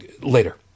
Later